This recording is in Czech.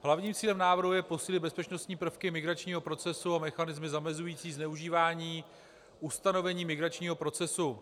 Hlavním cílem návrhu je posílit bezpečnostní prvky migračního procesu a mechanismy zamezující zneužívání ustanovení migračního procesu.